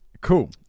Cool